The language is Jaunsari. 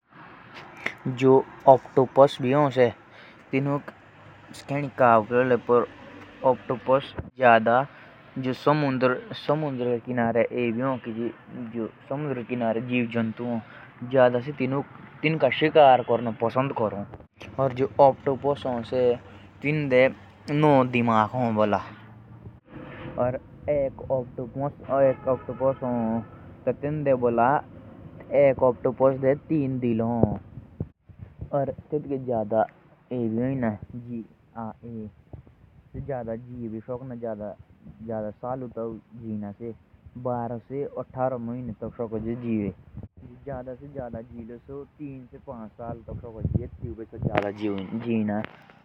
जो ऑप्टोपस भी हो स जो समुंदर के किनारे जीव जंतु भी हो। जाड़ा से तिनका शिकार कोरनो पसंद करो। जो ऑप्टोपस हो तिंदे पाँच दिमाग हो।